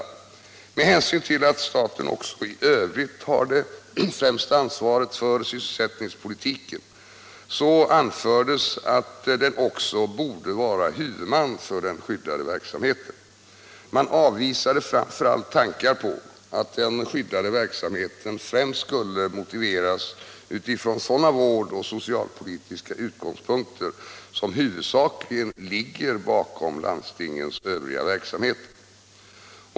Med hänsyn till att staten även i övrigt har det främsta ansvaret för sysselsättningspolitiken anfördes att staten också borde vara huvudman för den skyddade verksamheten. Man avvisade framför allt tankar på att den skyddade verksamheten främst skulle motiveras utifrån sådana vårdpolitiska och socialpolitiska utgångspunkter som huvudsakligen ligger bakom landstingens övriga verksamhet.